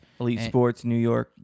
elitesportsnewyork